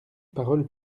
parole